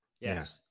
yes